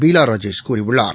பீலா ராஜேஷ் கூறியுள்ளார்